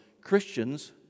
Christians